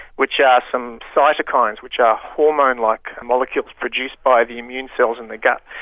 which are some cytokines, which are hormone-like molecules produced by the immune cells in the gut.